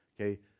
Okay